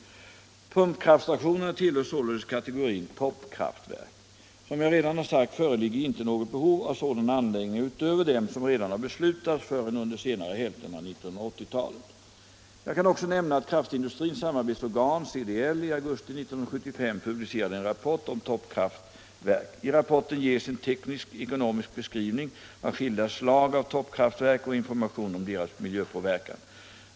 Pumpkraftstationerna tillhör således kategorin toppkraftverk. Som jag redan har sagt föreligger inte något behov av sådana anläggningar utöver dem som redan har beslutats förrän under senare hälften av 1980-talet. Jag kan också nämna att kraftindustrins samarbetsorgan CDL i augusti 1975 publicerade en rapport om toppkraftverk. I rapporten ges en tekniskekonomisk beskrivning av skilda slag av toppkraftverk och information om deras miljöpåverkan.